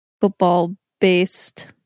football-based